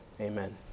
Amen